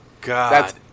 God